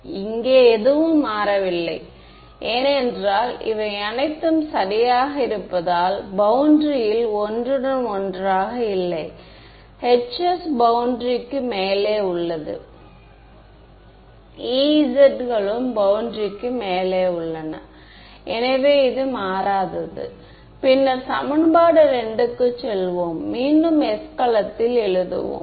எனவே இங்கே அது யுனிட் வெக்டர் அடிப்படையில் எழுதப்பட்டுள்ளது இப்போது நான் மீண்டும் அதை எழுதுகிறேன்